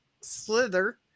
slither